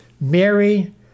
Mary